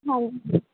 ਹਾਂਜੀ